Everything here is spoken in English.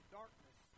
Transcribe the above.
darkness